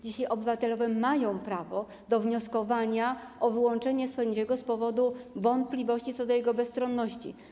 Dzisiaj obywatele mają prawo do wnioskowania o wyłączenie sędziego z powodu wątpliwości co do jego bezstronności.